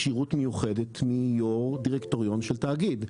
כשירות מיוחדת מיו"ר דירקטוריון של תאגיד.